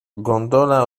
gondola